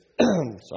sorry